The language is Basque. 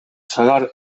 sagar